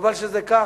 חבל שזה כך.